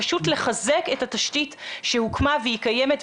פשוט לחזק את התשתית שהוקמה והיא קיימת,